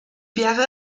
wäre